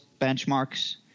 benchmarks